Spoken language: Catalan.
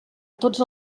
tots